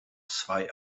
zwei